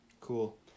Cool